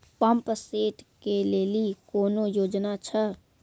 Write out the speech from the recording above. Pump set केलेली कोनो योजना छ?